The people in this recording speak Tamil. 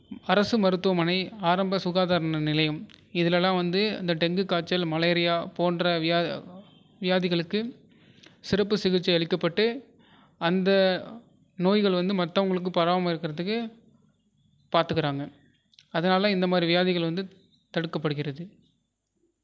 அரசு மருத்துவமனை ஆரம்ப சுகாதார நிலையம் இதெலலாம் வந்து அந்த டெங்கு காய்ச்சல் மலேரியா போன்ற வியாதிகளுக்கு சிறப்பு சிகிச்சை அளிக்கப்பட்டு அந்த நோய்கள் வந்து மற்றவங்களுக்கு பரவாமல் இருக்கிறதுக்கு பார்த்துக்குறாங்க அதனால இந்த மாதிரி வியாதிகள் வந்து தடுக்கப்படுகிறது